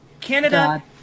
Canada